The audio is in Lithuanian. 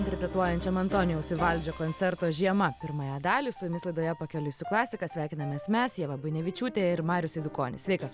interpretuojančiam antonijaus vivaldžio koncerto žiema pirmąją dalį su jumis laidoje pakeliui su klasika sveikinamės mes ieva buinevičiūtė ir marius eidukonis sveikas